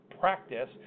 Practice